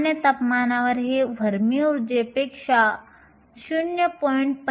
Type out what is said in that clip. सामान्य तपमानावर हे फर्मी उर्जेपेक्षा 0